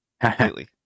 completely